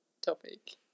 topic